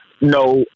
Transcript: no